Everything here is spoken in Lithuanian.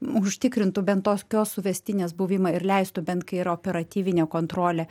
užtikrintų bent tokios suvestinės buvimą ir leistų bent kai yra operatyvinė kontrolė